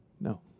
No